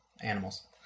animals